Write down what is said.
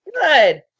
good